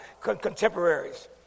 contemporaries